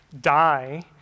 die